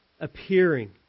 appearing